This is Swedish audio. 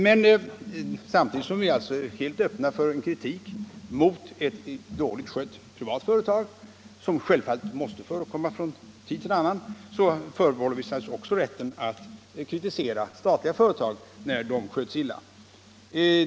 Men samtidigt som vi alltså är helt öppna för kritik mot ett dåligt skött privat företag — vilket självfallet måste förekomma från tid till annan — förbehåller vi oss naturligtvis också rätten att kritisera statliga företag när de sköts illa.